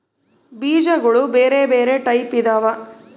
ಬೀಜಗುಳ ಬೆರೆ ಬೆರೆ ಟೈಪಿದವ